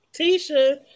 Tisha